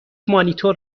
مانیتور